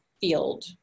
field